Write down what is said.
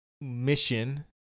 mission